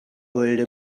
wollte